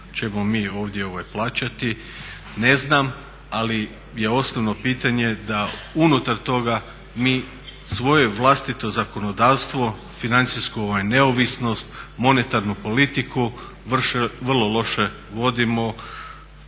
ćemo mi ovdje plaćati. Ne znam, ali je osnovno pitanje da unutar toga mi svoje vlastito zakonodavstvo, financijsku neovisnost, monetarnu politiku vrlo loše vodimo,